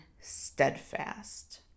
steadfast